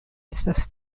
estas